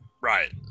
Right